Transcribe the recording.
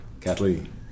Kathleen